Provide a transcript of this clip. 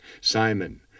Simon